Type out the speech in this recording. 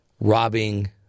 robbing